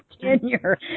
tenure